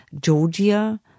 Georgia